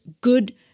good